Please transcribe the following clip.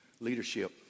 leadership